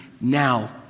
now